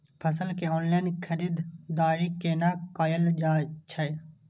फसल के ऑनलाइन खरीददारी केना कायल जाय छै?